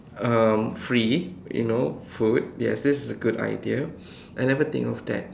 um free you know food yes this is a good idea I never think of that